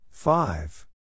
Five